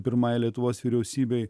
pirmai lietuvos vyriausybei